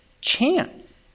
chance